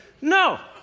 No